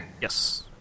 Yes